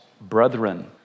brethren